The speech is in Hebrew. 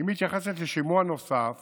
היא מתייחסת לשימוע נוסף